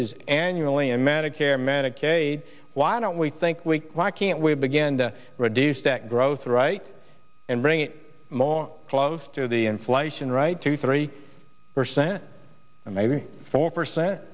increases annually in medicare medicaid why don't we think we can't wait begin to reduce that growth right and bring it more close to the inflation right to three percent and maybe four percent